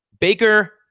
Baker